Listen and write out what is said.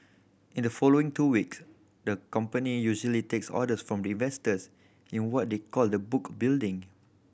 in the following two week the company usually takes orders from investors in what is called the book building